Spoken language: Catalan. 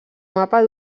mapa